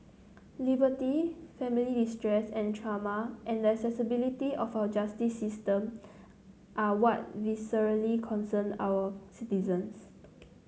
liberty family distress and trauma and the accessibility of our justice system are what viscerally concern our citizens